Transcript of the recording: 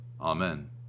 Amen